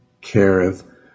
careth